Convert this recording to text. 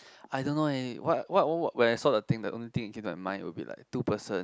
I don't know eh what what when I saw the thing the only thing that came to my mind will be like two person